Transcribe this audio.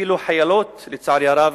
אפילו חיילות, לצערי הרב,